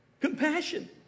Compassion